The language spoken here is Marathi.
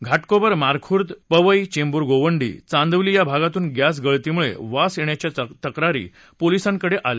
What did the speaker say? घाटकोपर मानखुर्द पवई चेंब्र गोवंडी चांदिवली या भागातून गस्तीगळतीमुळे वास येण्याच्या तक्रारी पोलिसांकडे आल्या